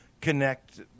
connect